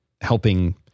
helping